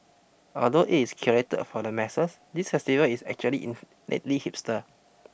although it is curated for the masses this festival is actually in hipster